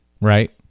Right